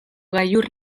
gailur